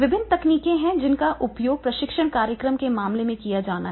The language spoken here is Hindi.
विभिन्न तकनीकें हैं जिनका उपयोग प्रशिक्षण कार्यक्रम के मामले में किया जाना है